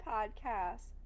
Podcast